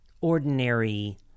ordinary